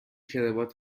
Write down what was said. کراوات